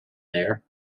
there